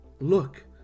look